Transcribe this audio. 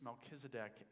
Melchizedek